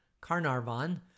Carnarvon